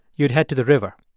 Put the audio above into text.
you'd head to the river.